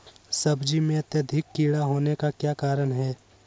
सब्जी में अत्यधिक कीड़ा होने का क्या कारण हैं?